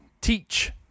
teach